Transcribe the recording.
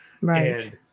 Right